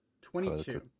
Twenty-two